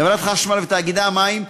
חברת החשמל ותאגידי המים,